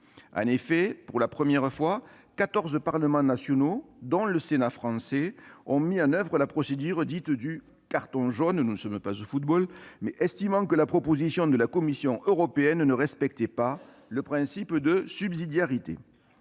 En effet, pour la première fois, 14 chambres parlementaires nationales, dont le Sénat français, ont mis en oeuvre la procédure dite du « carton jaune »- rien à voir avec le football -, estimant que la proposition de la Commission européenne ne respectait pas le principe de subsidiarité.